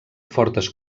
fortes